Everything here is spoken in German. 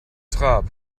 trab